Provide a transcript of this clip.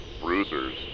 bruisers